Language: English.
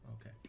Okay